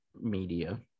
media